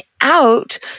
out